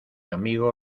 amigo